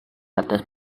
atas